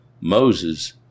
Moses